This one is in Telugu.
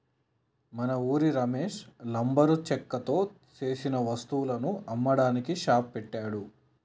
మన ఉరి రమేష్ లంబరు చెక్కతో సేసిన వస్తువులను అమ్మడానికి షాప్ పెట్టాడు